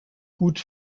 gut